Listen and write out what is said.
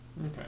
Okay